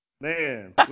Man